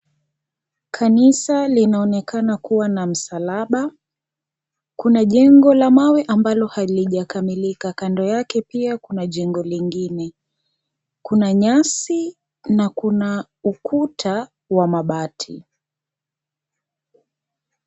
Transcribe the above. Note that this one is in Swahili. Kanisa linaonekana kuwa na msalaba. Kuna jengo la mawe ambalo halijakamilika, kando yake pia kuna jengo lingine. Kuna nyasi na kuna ukuta wa mabati.